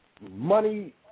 money